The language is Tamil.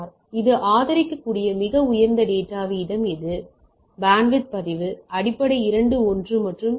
இது ஆதரிக்கக்கூடிய மிக உயர்ந்த டேட்டா வீதம் எது பேண்ட்வித் பதிவு அடிப்படை 2 1 மற்றும் எஸ்